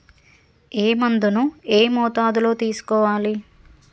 ఏ మందును ఏ మోతాదులో తీసుకోవాలి?